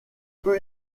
peu